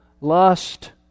lust